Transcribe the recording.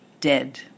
dead